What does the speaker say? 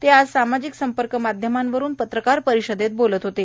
ते आज सामाजिक संपर्क माध्यमावरून पत्रकार परिषदेत बोलत होते